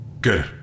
Good